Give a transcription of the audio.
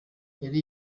yari